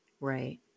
Right